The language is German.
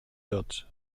wird